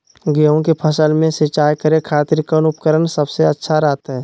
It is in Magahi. गेहूं के फसल में सिंचाई करे खातिर कौन उपकरण सबसे अच्छा रहतय?